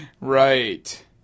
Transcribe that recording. Right